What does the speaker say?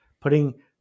putting